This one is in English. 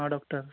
doctor